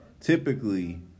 typically